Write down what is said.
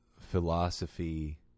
philosophy